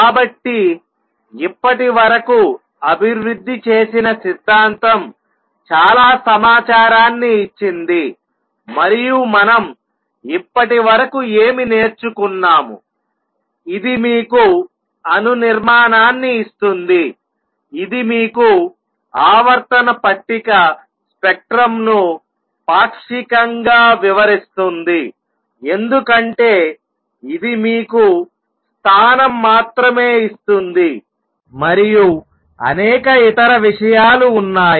కాబట్టి ఇప్పటివరకు అభివృద్ధి చేసిన సిద్ధాంతం చాలా సమాచారాన్ని ఇచ్చింది మరియు మనం ఇప్పటివరకు ఏమి నేర్చుకున్నాము ఇది మీకు అణు నిర్మాణాన్ని ఇస్తుంది ఇది మీకు ఆవర్తన పట్టిక స్పెక్ట్రంను పాక్షికంగా వివరిస్తుంది ఎందుకంటే ఇది మీకు స్థానం మాత్రమే ఇస్తుంది మరియు అనేక ఇతర విషయాలు ఉన్నాయి